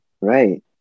Right